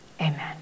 Amen